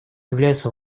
являются